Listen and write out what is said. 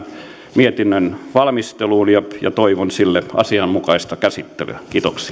mietinnön valmisteluun ja ja toivon sille asianmukaista käsittelyä